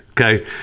okay